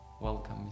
Welcome